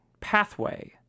pathway